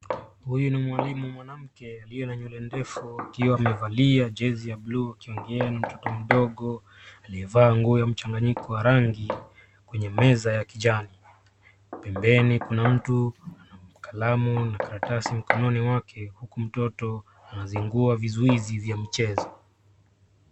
Huyu ni mwalimu mwanamke aliye na nywele ndefu akiwa amevalia jezi ya bluu akiongea na mtoto mdogo aliyevaa nguo ya mchanganyiko wa rangi kwenye meza ya kijani. Pembeni kuna mtu, kalamu na karatasi mkononi mwake huku mtoto anazingua vizuizi vya michezo.